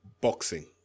boxing